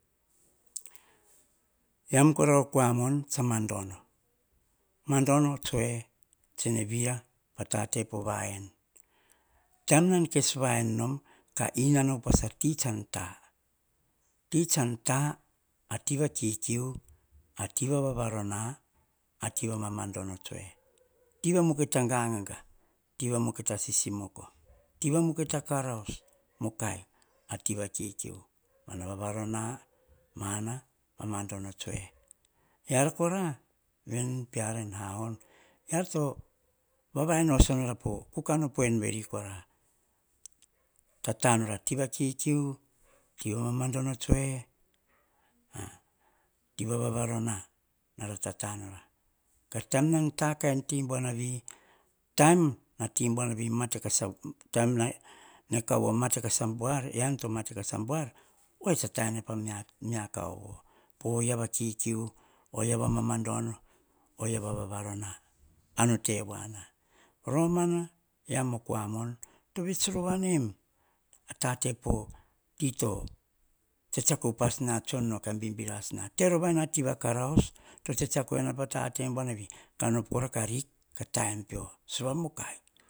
Eam kora o koamon tsa mandono, mandono tsue tsene vira patate po vaen taim nan kes vaen nom kainana upas ati. Tsan ta ati tsan ta ati va kikiu, ati vavarona, ati va mamadono tsue. Ti vamukai ta gangaga, ti va mukaitai sisimoko tiva mukai ta karaos mukai tiva kikiu mana vavarona mana mamadono tsue eara kora veni peara en hahon eara to vavaen vosonora po kukano poen veri kora. Tata nora tivakikiu, tiva mamandono tsue, ah tiva vavarona naratatanora ataim nan ta kain ti buana vi. Taim na ti buana vi mate kasa, taim ne kaovo mate kas abuar, ean to matekas abua oia tsa taene pemea kaovo po oia vakikiu, oia va mamadono. oia va vavarona ar no tevana. Romana eam o kua mon to vets rovanem otate poti to tsitsiako upas na tson no kabibiras na terovaena ti va karaosto tsetseako ena ppa tate boana vi kan op kora ka rik ka. Taem pio sova mukai,